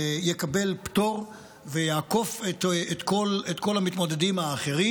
יקבל פטור ויעקוף את כל המתמודדים האחרים.